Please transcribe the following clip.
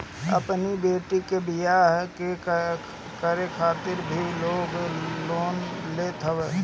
अपनी बेटी के बियाह करे खातिर भी लोग लोन लेत हवे